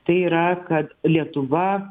tai yra kad lietuva